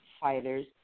fighters